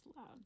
Loud